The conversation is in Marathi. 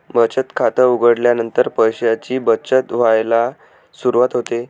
बचत खात उघडल्यानंतर पैशांची बचत व्हायला सुरवात होते